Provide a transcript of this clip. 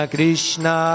Krishna